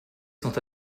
sont